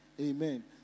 Amen